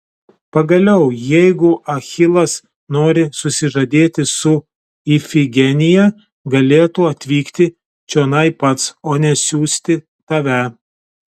pagaliau jeigu achilas nori susižadėti su ifigenija galėtų atvykti čionai pats o ne siųsti tave